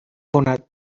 کند